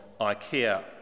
Ikea